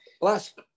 Last